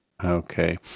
Okay